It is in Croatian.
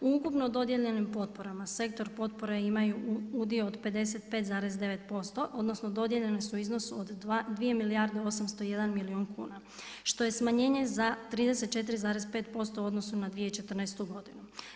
U ukupno dodijeljenim potporama Sektor potpora imaju udio od 55,9%, odnosno dodijeljene su u iznosu od 2 milijarde 801 milijun kuna što je smanjenje za 34,5% u odnosu na 2014. godinu.